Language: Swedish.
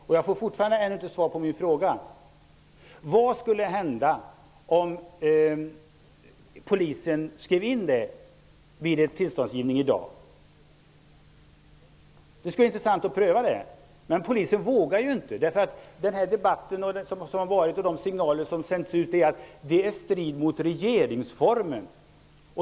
Och jag har fortfarande inte fått svar på min fråga: Vad skulle hända, om Polisen vid tillståndsgivningen skrev in ett förbud mot att bära rånarhuva? Det skulle vara intressant att få det prövat, men Polisen vågar inte komma med en sådan föreskrift, för den signal som har sänts ut är ju att det strider mot regeringsformen.